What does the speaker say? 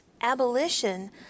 abolition